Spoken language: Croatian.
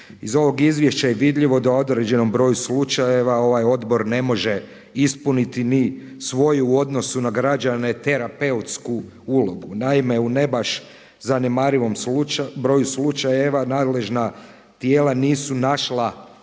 Iz ovog izvješća je vidljivo da u određenom broju slučajeva ovaj odbor ne može ispuniti ni svoju u odnosu na građane terapeutsku ulogu. Naime, u ne baš zanemarivom broju slučajeva nadležna tijela nisu našla